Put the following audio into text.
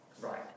right